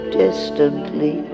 distantly